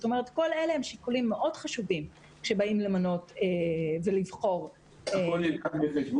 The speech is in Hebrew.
כל אלה הם שיקולים חשובים מאוד כשבאים לבחור מנהל לבית הספר.